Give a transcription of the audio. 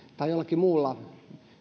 tai jollakin muulla